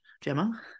Gemma